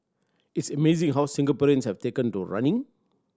it's amazing how Singaporeans have taken to running